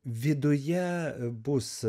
viduje bus